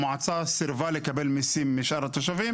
המועצה סירבה לקבל מיסים משאר התושבים